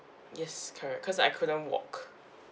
yes correct because I couldn't walk